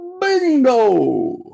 Bingo